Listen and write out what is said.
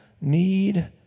need